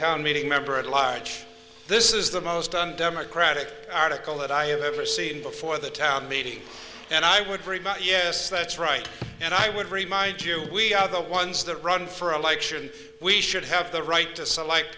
town meeting member at large this is the most undemocratic article that i have ever seen before the town meeting and i would very much yes that's right and i would remind you we are the ones that run for election we should have the right to select